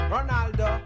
Ronaldo